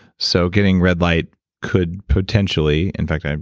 so getting red light could potentially. in fact, um